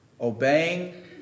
Obeying